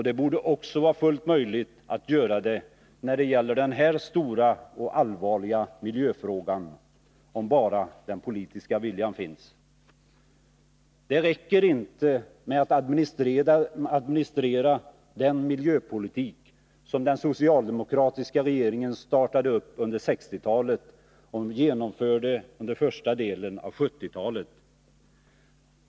Det borde också vara fullt möjligt att göra det när det gäller den här stora och allvarliga miljöfrågan, om bara den politiska viljan finns. Det räcker inte med att administrera den miljöpolitik som den socialdemokratiska regeringen satte i gång under 1960-talet och genomförde under första delen av 1970-talet.